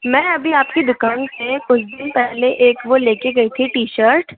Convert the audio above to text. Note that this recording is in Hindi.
मैं अभी आपकी दुकान से कुछ दिन पहले एक वो लेकर गई थी टी शर्ट